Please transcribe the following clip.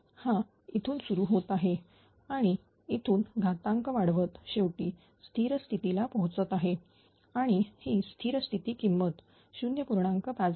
हा इथून सुरू होत आहे आणि इथून घातांक वाढवत शेवटी स्थिर स्थिती ला पोहोचत आहे आणि ही स्थिर स्थिती किंमत 0